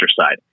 side